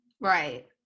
right